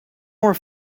more